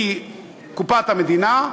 מקופת המדינה,